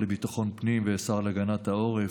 השר לביטחון הפנים והשר להגנת העורף,